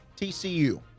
TCU